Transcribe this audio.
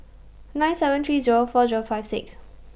nine seven three Zero four Zero five six